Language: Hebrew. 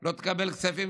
לא תקבל כספים,